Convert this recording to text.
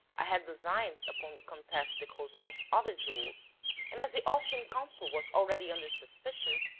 i had designs upon the comtesse de crozon's other jewels and as the austrian consul was already under suspicion,